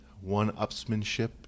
one-upsmanship